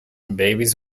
babies